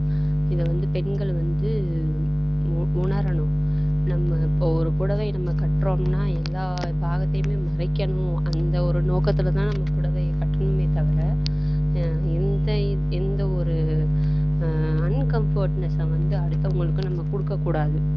இதை வந்து பெண்கள் வந்து உணரணும் நம்ம ஒரு புடவை நம்ம கட்டுறோம்னா எல்லா பாகத்தையுமே மறைக்கணும் அந்த ஒரு நோக்கத்தில் தான் நம்ம புடவையை கட்டணுமே தவிர எந்த எந்த ஒரு அன்கம்ஃபர்ட்னஸை வந்து அடுத்தவங்களுக்கு நம்ம கொடுக்க கூடாது